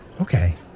Okay